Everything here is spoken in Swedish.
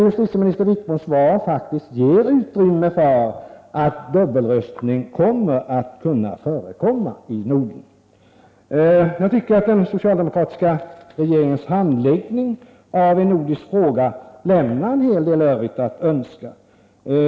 Justitieminister Wickboms svar ger faktiskt utrymme för att dubbelröstning kommer att kunna förekomma i Norden. Den socialdemokratiska regeringens handläggning av en nordisk fråga lämnar en hel del övrigt att önska.